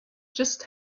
just